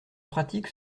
pratique